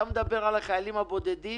אתה מדבר על החיילים בודדים,